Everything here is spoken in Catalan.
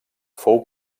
fou